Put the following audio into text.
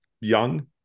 young